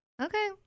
Okay